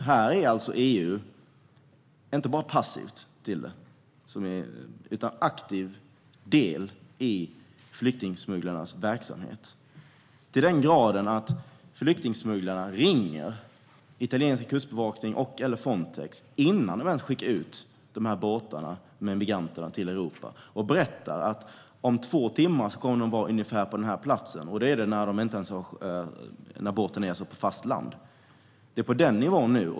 Här är EU inte bara passivt, utan man är också en aktiv del i flyktingsmugglarnas verksamhet. Man är delaktig till den grad att flyktingsmugglarna ringer den italienska kustbevakningen eller Frontex innan de skickar ut båtar med immigranter till Europa. De berättar var deras båtar kommer att vara om två timmar. Detta gör de medan båtarna fortfarande är vid fastlandet.